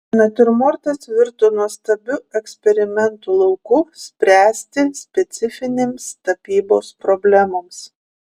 natiurmortas virto nuostabiu eksperimentų lauku spręsti specifinėms tapybos problemoms